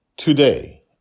today